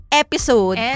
episode